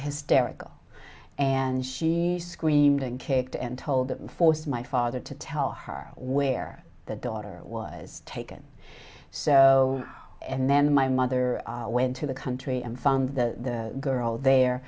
hysterical and she screamed and kicked and told the force my father to tell her where the daughter was taken so and then my mother went to the country and found the girl there